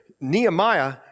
Nehemiah